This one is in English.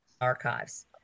Archives